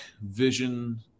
vision